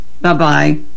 Bye-bye